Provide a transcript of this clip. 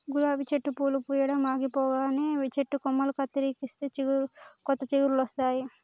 గులాబీ చెట్టు పూలు పూయడం ఆగిపోగానే చెట్టు కొమ్మలు కత్తిరిస్తే కొత్త చిగురులొస్తాయి